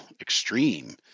extreme